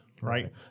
right